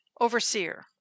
overseer